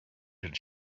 had